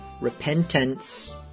repentance